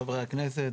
חברי הכנסת,